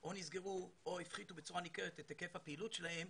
או נסגרו או הפחיתו בצורה ניכרת את היקף הפעילות שלהן,